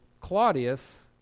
Claudius